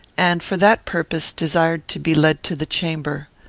and, for that purpose, desired to be led to the chamber.